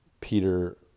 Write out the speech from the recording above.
Peter